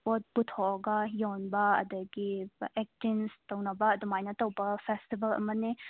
ꯄꯨꯊꯣꯛꯑꯒ ꯌꯣꯟꯕ ꯑꯗꯒꯤ ꯑꯦꯛꯆꯦꯟ꯭ꯖ ꯇꯧꯅꯕ ꯑꯗꯨꯃꯥꯏꯅ ꯇꯧꯕ ꯐꯦꯁꯇꯤꯕꯦꯜ ꯑꯃꯅꯤ